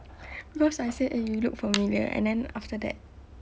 cause I said eh you look familiar and then after that